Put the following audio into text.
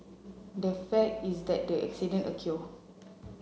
the fact is that the incident